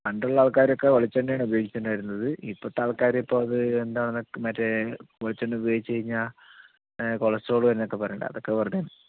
പണ്ടുള്ള ആൾക്കാരൊക്കെ വെളിച്ചെണ്ണയാണ് ഉപയോഗിക്കുന്നുണ്ടായിരുന്നത് ഇപ്പോഴത്തെ ആൾക്കാർ ഇപ്പോൾ അത് എന്താണെന്നൊ മറ്റേ വെളിച്ചെണ്ണ ഉപയോഗിച്ച് കഴിഞ്ഞാൽ കൊളസ്ട്രോൾ വരും എന്നൊക്കെ പറയുന്നുണ്ട് അതൊക്കെ വെറുതെയാണ്